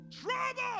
trouble